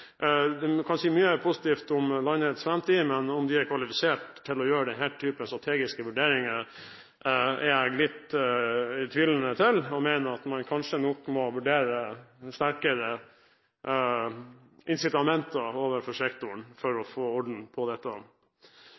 Man kan si mye positivt om landets framtid, men om de er kvalifisert til å gjøre denne type strategiske vurderinger, er jeg litt tvilende til og mener nok at man kanskje må vurdere sterkere insitamenter overfor sektoren, for å få orden på dette.